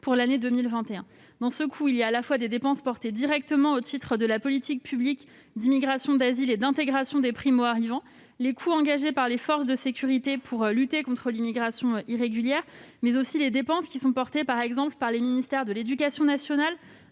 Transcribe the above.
pour l'année 2021. Cette somme englobe, à la fois, des dépenses engagées directement au titre de la politique publique d'immigration, d'asile et d'intégration des primo-arrivants, les coûts engagés par les forces de sécurité pour lutter contre l'immigration irrégulière, mais aussi les dépenses supportées par les ministères de l'éducation nationale,